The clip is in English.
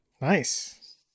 Nice